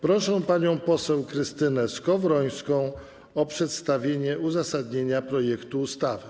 Proszę panią poseł Krystynę Skowrońską o przedstawienie uzasadnienia projektu ustawy.